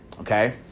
okay